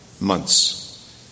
months